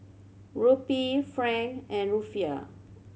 Rupee franc and Rufiyaa